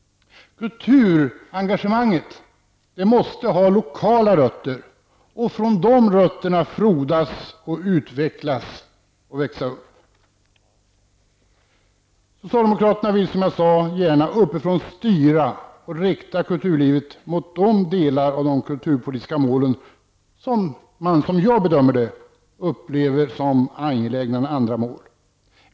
Kulturengagemanget måste ha lokala rötter och från de rötterna frodas, utvecklas och växa upp. Socialdemokraterna vill, som jag sade, gärna uppifrån styra och rikta kulturlivet mot de delar av de kulturpolitiska målen som man, såsom jag bedömer det, upplever som mer angelägna än andra mål.